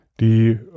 die